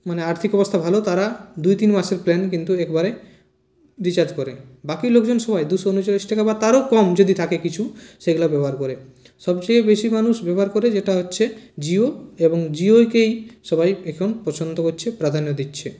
মানে আর্থিক অবস্থা ভালো তারা দুই তিন মাসের প্ল্যান কিন্তু একবারে রিচার্জ করেন বাকি লোকজন সবাই দুশো উনচল্লিশ টাকা বা তারও কম যদি থাকে কিছু সেগুলো ব্যবহার করে সবচেয়ে বেশি মানুষ ব্যবহার করে যেটা হচ্ছে জিও এবং জিওকেই সবাই এখন পছন্দ করছে প্রাধান্য দিচ্ছে